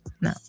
No